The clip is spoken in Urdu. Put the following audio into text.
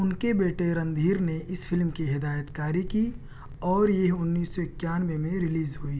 ان کے بیٹے رندھیر نے اس فلم کی ہدایت کاری کی اور یہ انیس سو اکیانوے میں ریلیز ہوئی